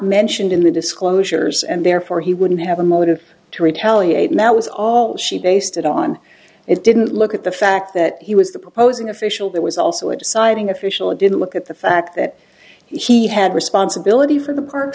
mentioned in the disclosures and therefore he wouldn't have a motive to retaliate and that was all she based it on it didn't look at the fact that he was the proposing official that was also a deciding official didn't look at the fact that he had responsibility for the park